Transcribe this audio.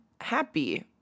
happy